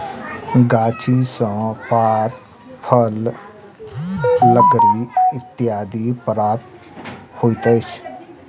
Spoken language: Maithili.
गाछी सॅ पात, फल, लकड़ी इत्यादि प्राप्त होइत अछि